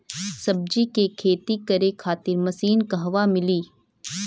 सब्जी के खेती करे खातिर मशीन कहवा मिली?